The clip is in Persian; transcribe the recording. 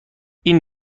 این